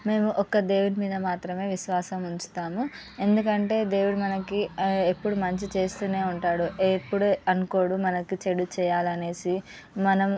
మేము ఒక దేవుడి మీద మాత్రమే విశ్వాసం ఉంచుతాము ఎందుకంటే దేవుడు మనకి ఎప్పుడు మంచి చేస్తునే ఉంటాడు ఎప్పుడు అనుకోడు మనకు చెడు చేయాలి అనేసి మనం